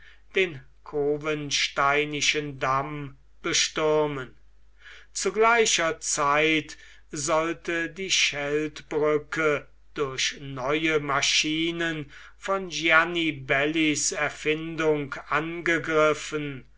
den cowensteinischen damm bestürmen zu gleicher zeit sollte die scheldbrücke durch neue maschinen von gianibellis erfindung angegriffen